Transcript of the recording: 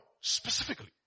specifically